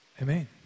Amen